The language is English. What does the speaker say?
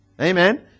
Amen